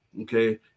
okay